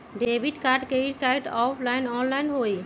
Debit card credit card offline online होई?